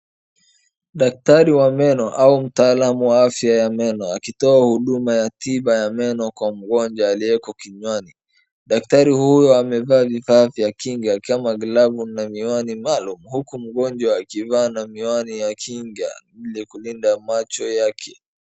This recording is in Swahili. Daktari wa meno au mtaalamu wa afya ya meno akitoa huduma ya tiba ya meno kwa mgonjwa aliyeko kinywani. Daktari huyu amevaa vifaa vya kinga kama glavu na miwani ambalo huku na mgonjwa akivaa na miwani ya kinga ili kulinda macho yake.